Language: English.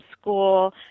school